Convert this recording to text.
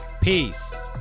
Peace